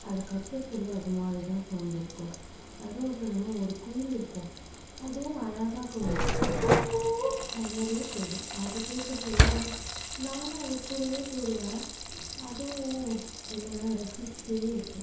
அது கத்த சொல்ல அதுமாதிரிதான் சவுண்டு இருக்கும் அது மட்டும் இல்லாமல் ஒரு குயில் இருக்கும் அதுவும் அழகாக கூவும் குக்கூ அது மாதிரியே கூவும் அது கேட்க சொல்ல நானும் அதுக்கூடவே கூப்பிடுவேன் அதுவும் என்னை ரசிச்சிட்டே இருக்கும்